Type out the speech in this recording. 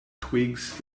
twigs